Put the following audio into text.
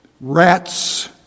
rat's